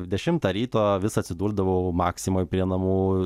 dešimtą ryto vis atsidurdavau maksimoj prie namų